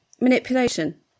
manipulation